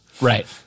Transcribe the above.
Right